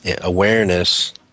Awareness